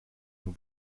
nur